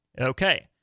Okay